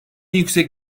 yüksek